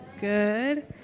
Good